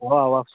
اوا اوا